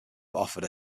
offered